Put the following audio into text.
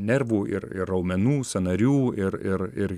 nervų ir ir raumenų sąnarių ir ir ir